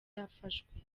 yafashwe